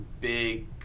big